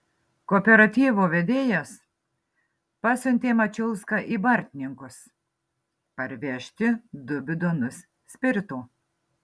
kooperatyvo vedėjas pasiuntė mačiulską į bartninkus parvežti du bidonus spirito